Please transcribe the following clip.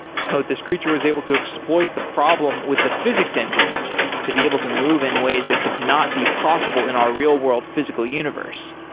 so this creature was able to exploit the problem with the physics engine to be able to move in ways that could not be possible in our real-world physical universe.